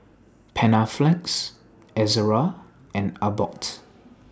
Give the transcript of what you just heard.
Panaflex Ezerra and Abbott